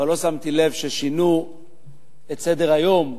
אבל לא שמתי לב ששינו את סדר-היום,